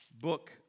book